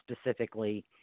specifically